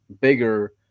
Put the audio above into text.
bigger